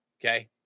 okay